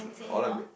or like may